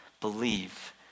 believe